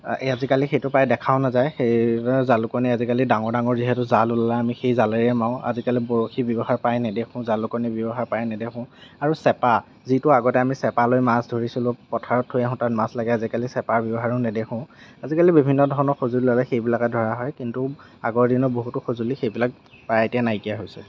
আজিকালি সেইটো প্ৰায় দেখাও নাযায় সেয়ে জালুকনী আজিকালি ডাঙৰ ডাঙৰ যিহেতু জাল ওলাল আমি সেই জালেৰে মাৰো আজিকালি বৰশীৰ ব্য়ৱহাৰ প্ৰায় নেদেখোঁ জালুকনীৰ ব্য়ৱহাৰ প্ৰায় নেদেখোঁ আৰু চেপা যিটো আগতে আমি চেপালৈ মাছ ধৰিছিলোঁ পথাৰত থৈ আহোঁ তাত মাছ লাগে আজিকালি চেপাৰ ব্য়ৱহাৰো নেদেখোঁ আজিকালি বিভিন্ন ধৰণৰ সঁজুলি ওলালে সেইবিলাকে ধৰা হয় কিন্তু আগৰ দিনত বহুতো সঁজুলি সেইবিলাক প্ৰায় এতিয়া নাইকীয়া হৈছে